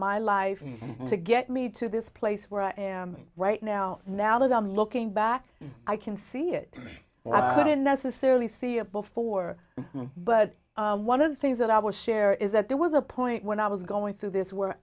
my life to get me to this place where i am right now now that i'm looking back i can see it now i don't necessarily see a before but one of the things that i would share is that there was a point when i was going through this where